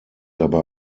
aber